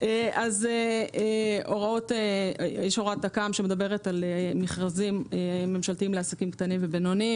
יש הוראת תכ"מ שמדברת על מכרזים ממשלתיים לעסקים קטנים ובינוניים,